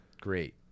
Great